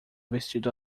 vestido